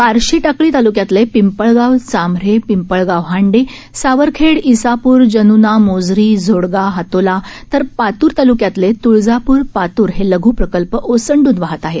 बार्शीटाकळी तालुक्यातले पिंपळगाव चांभारे पिंपळगाव हांडे सावरखेड इसापूर जनुना मोझरी झोडगा हातोला तर पात्र ताल्क्यातले त्ळजापूर पातूर हे लघ् प्रकल्प ओसंडून वाहत आहेत